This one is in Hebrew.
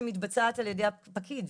שמתבצעת על ידי הפקיד.